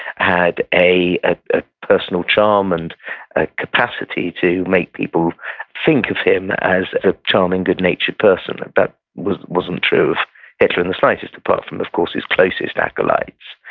had a ah a personal charm and ah capacity to make people think of him as a charming, good-natured person. but that wasn't true of hitler in the slightest, apart from of course his closest acolytes.